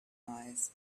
eyes